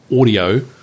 audio